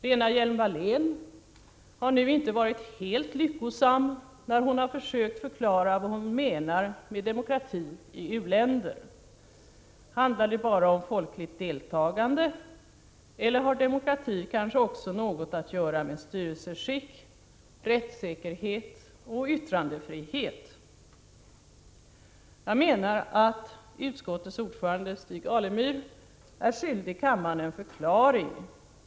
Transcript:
Lena Hjelm-Wallén har nu inte varit helt lyckosam när hon försökt förklara vad hon menar med demokrati i u-länder. Handlar det bara om folkligt deltagande eller har demokrati kanske också något att göra med styrelseskick, rättssäkerhet och yttrandefrihet? Jag menar att utskottets ordförande Stig Alemyr är skyldig kammaren en förklaring.